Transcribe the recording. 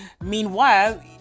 meanwhile